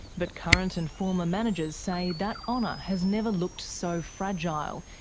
but current and former managers say that honour has never looked so fragile,